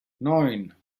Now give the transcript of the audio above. neun